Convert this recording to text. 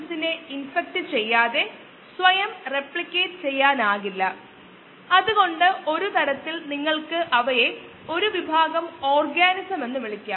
അതിനാൽ നമുക്ക് ഗണിതശാസ്ത്രത്തിൽ താൽപ്പര്യവും സൌകര്യപ്രദവുമാണെങ്കിൽ നമുക്ക് അരമണിക്കൂറോ അതിൽ കൂടുതലോ ഉള്ളപ്പോൾ ഇത് നടപ്പിലാക്കാൻ ഞാൻ നിർദ്ദേശിക്കുന്നു